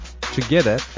Together